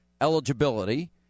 eligibility